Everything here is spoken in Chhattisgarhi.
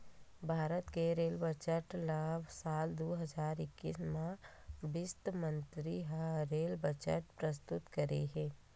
भारत के रेल बजट ल साल दू हजार एक्कीस म बित्त मंतरी ह रेल बजट प्रस्तुत करे हे